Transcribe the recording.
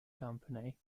company